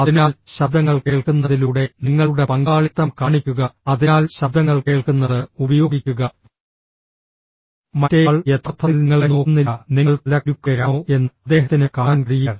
അതിനാൽ ശബ്ദങ്ങൾ കേൾക്കുന്നതിലൂടെ നിങ്ങളുടെ പങ്കാളിത്തം കാണിക്കുക അതിനാൽ ശബ്ദങ്ങൾ കേൾക്കുന്നത് ഉപയോഗിക്കുക മറ്റേയാൾ യഥാർത്ഥത്തിൽ നിങ്ങളെ നോക്കുന്നില്ല നിങ്ങൾ തല കുലുക്കുകയാണോ എന്ന് അദ്ദേഹത്തിന് കാണാൻ കഴിയില്ല